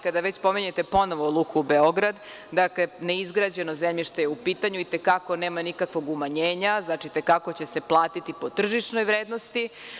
Kada već spominjete ponovo Luku Beograd, dakle, neizgrađeno zemljište je u pitanju i i te kako nema nikakvog umanjenja, znači, i te kako će se platiti po tržišnoj vrednosti.